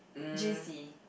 J_C